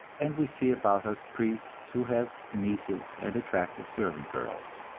and we see about us priests who have nieces and attractive servant girls.